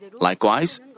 Likewise